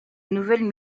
nouvelles